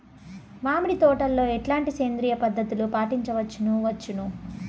మామిడి తోటలో ఎట్లాంటి సేంద్రియ పద్ధతులు పాటించవచ్చును వచ్చును?